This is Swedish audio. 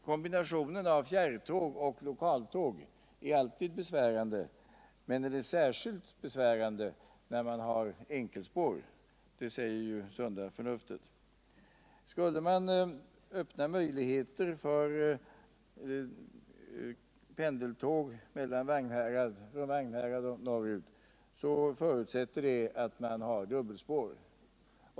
Kombinationen av fjärrtåg och lokaltåg är alltid besvärande, men den är särskilt svår när det bara finns enkelspår; det säger ju sunda förnuftet. Skulle man vilja öppna möjligheter för pendeltåg norrut från Vagnhärad, förutsätter det att man har dubbelspår.